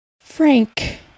Frank